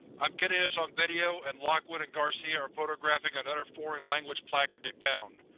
i'm getting this on video and lockwood and garcia are photographing another foreign language placard they found.